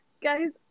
guys